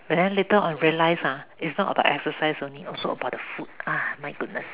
but then later on realize ah is not about exercise only also about the food ah my goodness